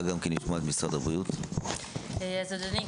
אדוני,